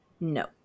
No